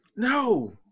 No